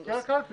זה מזכיר הקלפי.